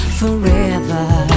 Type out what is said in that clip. forever